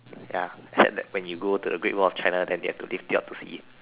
ya except that when you go to the great wall of China then they have to you up to see it